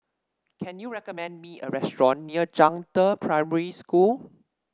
can you recommend me a restaurant near Zhangde Primary School